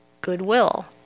goodwill